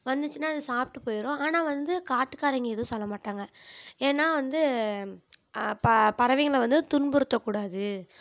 வந்துச்சுன்னா அது சாப்பிட்டு போயிரும் ஆனா வந்து கட்டுக்காரைங்க எதுவும் சொல்ல மாட்டாங்க ஏன்னா வந்து ப பறவைங்களை வந்து துன்புறுத்த கூடாது